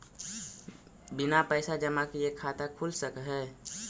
बिना पैसा जमा किए खाता खुल सक है?